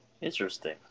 Interesting